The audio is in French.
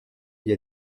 via